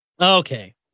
Okay